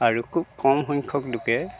আৰু খুব কম সংখ্যক লোকে